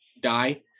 die